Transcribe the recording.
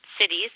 cities